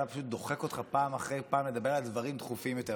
פשוט דוחק אותך פעם אחרי פעם לדבר על דברים דחופים יותר,